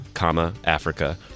Africa